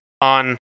on